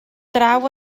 draw